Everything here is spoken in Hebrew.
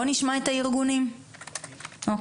בוא נשמע את הארגונים, אוקיי?